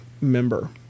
member